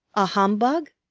a humbug?